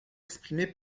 exprimée